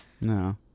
No